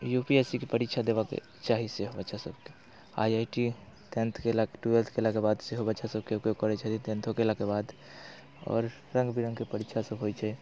U P S C के परीक्षा देबयके चाही सेहो बच्चासभके आइ आइ टी टेंथ केला ट्वेल्थ केलाके बाद सेहो बच्चासभ केओ केओ करैत छथिन टेंथो केलाके बाद आओर रङ्ग बिरङ्गके परीक्षासभ होइत छै